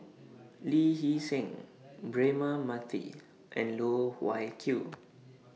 Lee Hee Seng Braema Mathi and Loh Wai Kiew